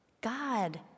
God